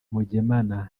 mugemana